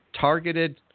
targeted